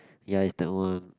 ya it's that one